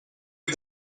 are